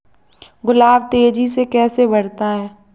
गुलाब तेजी से कैसे बढ़ता है?